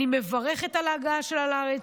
אני מברכת על ההגעה שלה לארץ.